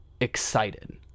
excited